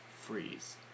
freeze